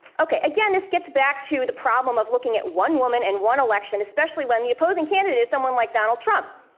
okay, again this gets back to the problem of looking at one woman and one election especially when the opposing candidate is someone like donald trump.